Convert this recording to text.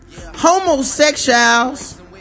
homosexuals